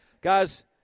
Guys